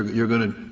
you are going to